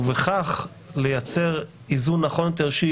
ובכך לייצר איזון נכון יותר,